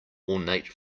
ornate